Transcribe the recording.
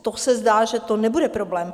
To se zdá, že to nebude problém.